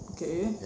okay